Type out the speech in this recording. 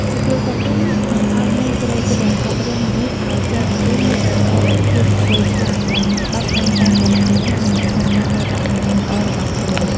សុភាសិតនេះបង្កប់ន័យជ្រៅជ្រះ អប់រំមនុស្សឱ្យចេះរស់នៅប្រកបដោយភាពវៃឆ្លាត ទាំងបត់បែនតាមកាលៈទេសៈ និងរក្សាបាននូវអត្តសញ្ញាណល្អរបស់ខ្លួន។